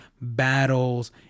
battles